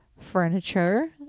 furniture